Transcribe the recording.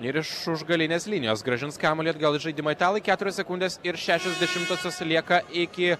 ir iš už galinės linijos grąžins kamuolį atgal į žaidimą italai į keturios sekundės ir šešios dešimtosios lieka iki